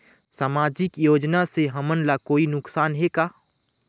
सामाजिक योजना से हमन ला कोई नुकसान हे का?